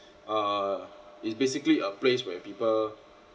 err it's basically a place where people